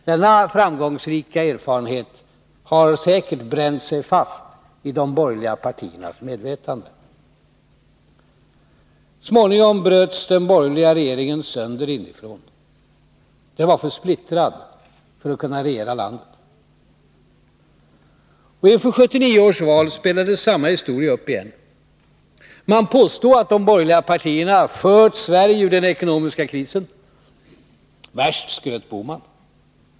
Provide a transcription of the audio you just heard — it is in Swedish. Denna framgångsrika erfarenhet har säkert bränt sig fast i de borgerliga partiernas medvetande. Småningom bröts den borgerliga regeringen sönder inifrån. Den var för splittrad för att kunna regera landet. Inför 1979 års val spelades samma historia upp igen. Man påstod att de borgerliga partierna fört Sverige ur den ekonomiska krisen. Värst skröt herr Bohman.